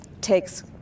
takes